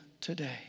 today